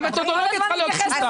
המתודולוגיה צריכה להיות פשוטה.